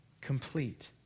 complete